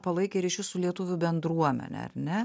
palaikė ryšius su lietuvių bendruomene ar ne